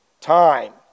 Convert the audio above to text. Time